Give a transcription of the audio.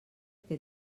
que